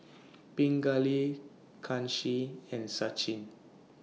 Pingali Kanshi and Sachin